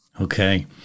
okay